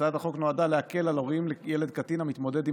הצעת החוק נועדה להקל על הורים לילד קטין המתמודד עם